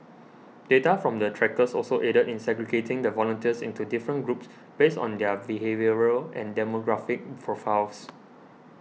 data from the trackers also aided in segregating the volunteers into different groups based on their behavioural and demographic profiles